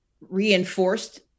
reinforced